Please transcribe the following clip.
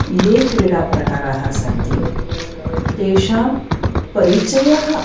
ये क्रिडाप्रकाराः सन्ति तेषां परिचयः